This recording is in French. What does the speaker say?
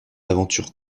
aventure